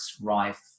rife